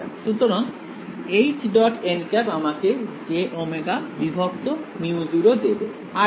সুতরাং · আমাকে jωμ0 দেবে আর কি